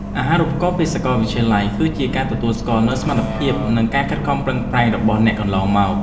អាហារូបករណ៍ពីសាកលវិទ្យាល័យ គឺជាការទទួលស្គាល់នូវសមត្ថភាពនិងការខិតខំប្រឹងប្រែងរបស់អ្នកកន្លងមក។